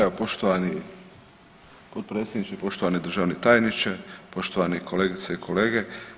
Evo poštovani potpredsjedniče, poštovani državni tajniče, poštovane kolegice i kolege.